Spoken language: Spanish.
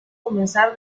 comenzar